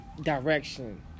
direction